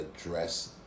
address